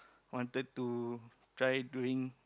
wanted to try doing